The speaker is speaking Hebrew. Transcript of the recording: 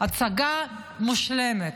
הצגה מושלמת.